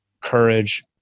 courage